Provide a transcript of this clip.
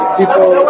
people